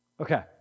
Okay